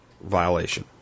violation